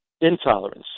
intolerance